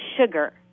sugar